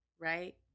right